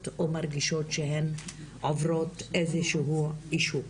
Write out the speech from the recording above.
או מרגישות שהן עוברות איזה שהוא עישוק.